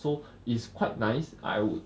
so it's quite nice I would